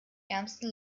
ärmsten